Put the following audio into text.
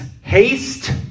haste